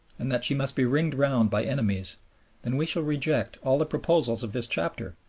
and that she must be ringed round by enemies then we shall reject all the proposals of this chapter,